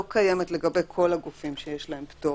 לא קיימת לגבי כל הגופים שיש להם פטור.